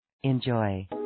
Enjoy